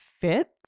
fit